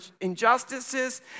injustices